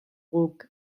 guk